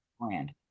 brand